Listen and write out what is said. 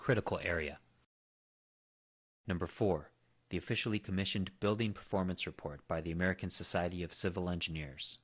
critical area number four the officially commissioned building performance report by the american society of civil engineers